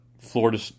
Florida